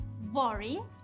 boring